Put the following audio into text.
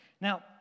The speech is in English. Now